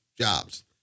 jobs